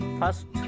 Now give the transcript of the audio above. first